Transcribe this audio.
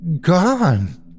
gone